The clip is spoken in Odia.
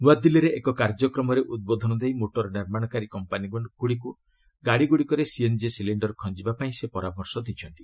ନୂଆଦିଲ୍ଲୀରେ ଏକ କାର୍ଯ୍ୟକ୍ରମରେ ଉଦ୍ବୋଧନ ଦେଇ ମୋଟର ନିର୍ମାଣକାରୀ କମ୍ପାନିମାନଙ୍କୁ ଗାଡ଼ିଗୁଡ଼ିକରେ ସିଏନ୍ଜି ସିଲିଣ୍ଡର ଖଞ୍ଜିବା ପାଇଁ ସେ ପରାମର୍ଶ ଦେଇଛନ୍ତି